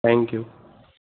thank you